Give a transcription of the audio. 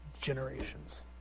generations